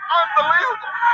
unbelievable